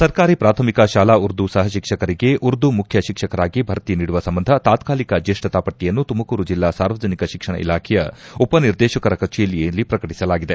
ಸರ್ಕಾರಿ ಪ್ರಾಥಮಿಕ ಶಾಲಾ ಉರ್ದು ಸಹತಿಕ್ಷಕರಿಗೆ ಉರ್ದು ಮುಖ್ಯ ಶಿಕ್ಷಕರಾಗಿ ಭರ್ತಿ ನೀಡುವ ಸಂಬಂಧ ತಾತ್ನಾಲಿಕ ಜೀಷ್ತತ ಪಟ್ಟಿಯನ್ನು ತುಮಕೂರು ಜಿಲ್ಲಾ ಸಾರ್ವಜನಿಕ ಶಿಕ್ಷಣ ಇಲಾಖೆಯ ಉಪನಿರ್ದೇಶಕರ ಕಚೇರಿಯಲ್ಲಿ ಪ್ರಕಟಿಸಲಾಗಿದೆ